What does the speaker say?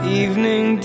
evening